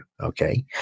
okay